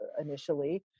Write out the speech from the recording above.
initially